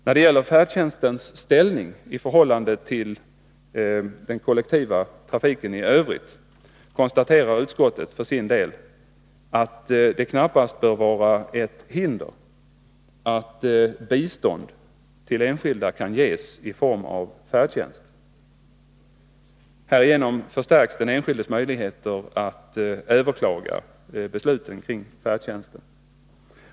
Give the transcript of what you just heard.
När det gäller färdtjänstens ställning i förhållande till den kollektiva trafiken i övrigt konstaterar utskottet för sin del att det knappast bör vara ett hinder att bistånd till enskilda kan ges i form av färdtjänst. Härigenom förstärks den enskildes möjligheter att överklaga besluten kring färdtjänsten.